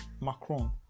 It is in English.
Macron